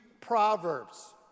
Proverbs